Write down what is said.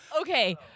Okay